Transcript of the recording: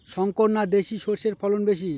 শংকর না দেশি সরষের ফলন বেশী?